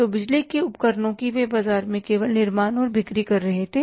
तो बिजली के उपकरणों की वे बाजार में केवल निर्माण और बिक्री कर रहे थे